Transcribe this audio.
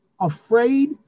afraid